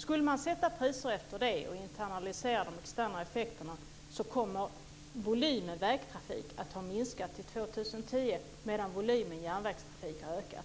Skulle man sätta priser efter det och internalisera de externa effekterna kommer volymen vägtrafik att ha minskat till år 2010 medan volymen järnvägstrafik ha ökat.